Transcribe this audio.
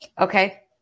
Okay